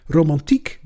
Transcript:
Romantiek